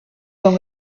con